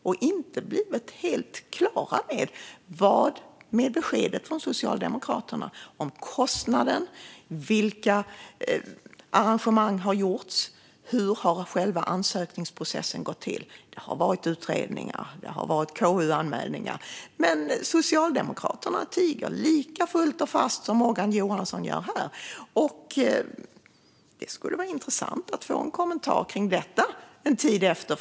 Vi har inte blivit helt klara över vad beskedet är från Socialdemokraterna gällande kostnaden, vilka arrangemang som har gjorts och hur själva ansökningsprocessen har gått till. Det har varit utredningar och KU-anmälningar, men Socialdemokraterna tiger lika fullt och fast som Morgan Johansson gör här. Det skulle vara intressant att få en kommentar om detta så här en tid efteråt.